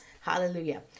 Hallelujah